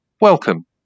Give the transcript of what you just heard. welcome